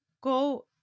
Go